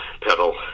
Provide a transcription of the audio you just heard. pedal